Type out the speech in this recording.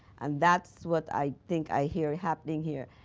and that's what i think i hear happening here.